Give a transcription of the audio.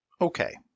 okay